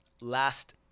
last